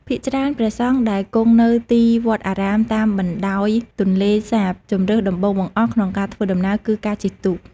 ភាគច្រើនព្រះសង្ឃដែលគង់នៅទីវត្តអារាមតាមបណ្ដោយទន្លេសាប ជម្រើសដំបូងបង្អស់ក្នុងការធ្វើដំណើរគឺការជិះទូក។